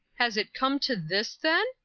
has it come to this, then?